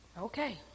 okay